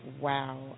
Wow